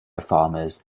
farmers